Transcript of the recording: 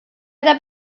eta